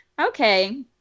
Okay